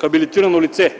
хабилитирано лице.